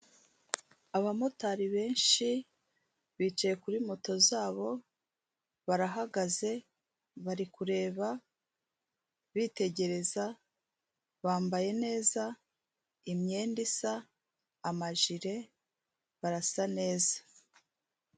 Abamotari benshi bicaye kuri moto zabo barahagaze bari kureba bitegereza, bambaye neza, imyenda isa amajire barasa neza.